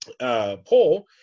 Poll